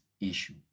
issue